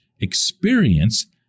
experience